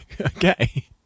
Okay